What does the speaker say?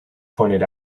pointed